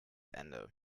ende